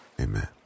Amen